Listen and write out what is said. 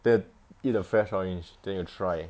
then eat the fresh orange [one] then you try